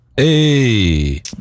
Hey